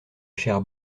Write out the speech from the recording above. chère